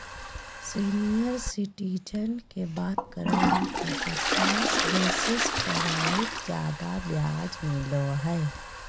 senior citizen के बात करही त पचास बेसिस प्वाइंट ज्यादा ब्याज मिलो हइ